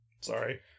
Sorry